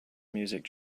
music